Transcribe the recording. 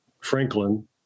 Franklin